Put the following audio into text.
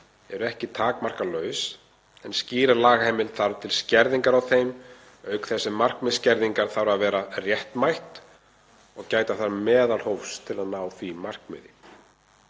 eru ekki takmarkalaus en skýra lagaheimild þarf til skerðingar á þeim auk þess sem markmið skerðingar þarf að vera réttmætt og gæta þarf meðalhófs til að ná því markmiði.